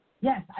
yes